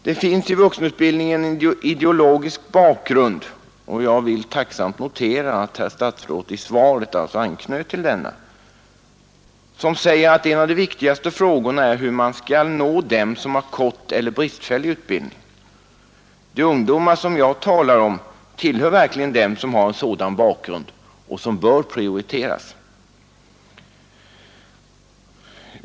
Det finns i vuxenutbildningen en ideologisk bakgrund — och jag vill tacksamt notera att statsrådet i sitt svar anknöt till denna — som säger att en av de viktigaste frågorna är hur man skall nå dem som har kort eller bristfällig utbildning. De ungdomar som jag talar om tillhör verkligen dem som har en sådan bakgrund att de bör prioriteras.